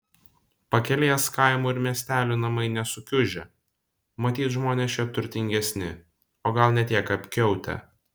pakelės kaimų ir miestelių namai nesukiužę matyt žmonės čia turtingesni o gal ne tiek apkiautę